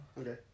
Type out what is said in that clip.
Okay